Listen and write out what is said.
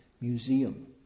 museum